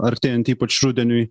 artėjant ypač rudeniui